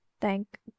Thank